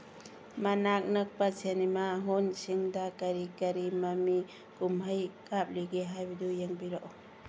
ꯃꯅꯥꯛ ꯅꯛꯄ ꯁꯤꯅꯦꯃꯥ ꯍꯣꯜꯁꯤꯡꯗ ꯀꯔꯤ ꯃꯃꯤ ꯀꯨꯝꯍꯩ ꯀꯥꯞꯂꯤꯒꯦ ꯍꯥꯏꯕꯗꯨ ꯌꯦꯡꯕꯤꯔꯛꯎ